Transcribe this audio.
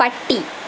പട്ടി